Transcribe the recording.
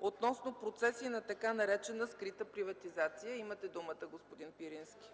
относно процеси на така наречена скрита приватизация. Имате думата, господин Пирински.